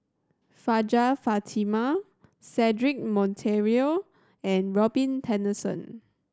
Hajjah Fatimah Cedric Monteiro and Robin Tessensohn